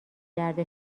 درد